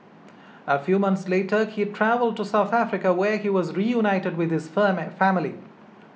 a few months later he travelled to South Africa where he was reunited with his firm family